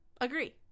agree